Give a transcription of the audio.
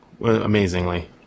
amazingly